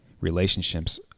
relationships